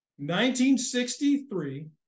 1963